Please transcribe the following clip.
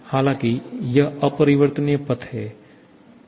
हालाँकि यह अपरिवर्तनीय पथ के लिए सही नहीं है